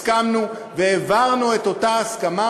הסכמנו והעברנו את אותה הסכמה,